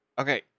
Okay